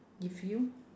if you